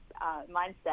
mindset